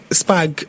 spag